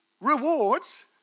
rewards